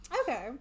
Okay